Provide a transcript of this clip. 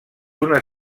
una